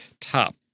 top